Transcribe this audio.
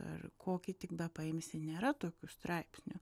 ar kokį tik bepaimsi nėra tokių straipsnių